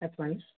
cut ಮಾಡಿ